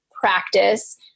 practice